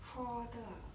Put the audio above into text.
for the